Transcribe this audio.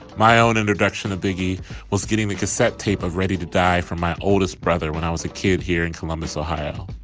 my own introduction to biggie was getting the cassette tape of ready to die from my oldest brother when i was a kid here in columbus ohio.